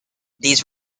these